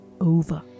over